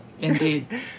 Indeed